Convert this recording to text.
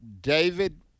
David